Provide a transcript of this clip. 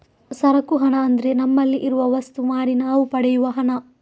ಸರಕು ಹಣ ಅಂದ್ರೆ ನಮ್ಮಲ್ಲಿ ಇರುವ ವಸ್ತು ಮಾರಿ ನಾವು ಪಡೆಯುವ ಹಣ